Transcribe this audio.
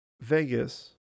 Vegas